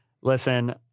listen